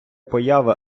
появи